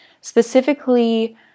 Specifically